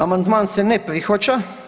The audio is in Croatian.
Amandman se ne prihvaća.